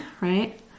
Right